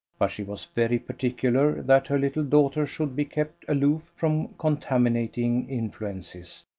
but she was very particular that her little daughter should be kept aloof from contaminating influences,